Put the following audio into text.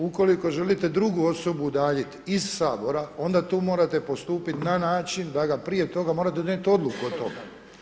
Ukoliko želite drugu osobu udaljiti iz Sabora onda tu morate postupiti na način da ga prije toga, morate donijeti odluku o tome.